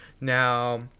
Now